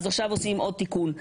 אז עכשיו עושים עוד תיקון.